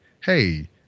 hey